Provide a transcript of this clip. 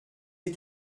les